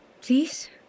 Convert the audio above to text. Please